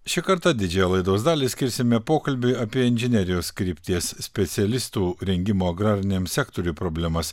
šį kartą didžiąją laidos dalį skirsime pokalbiui apie inžinerijos krypties specialistų rengimo agrariniam sektoriui problemas